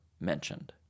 mentioned